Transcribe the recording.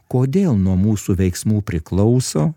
kodėl nuo mūsų veiksmų priklauso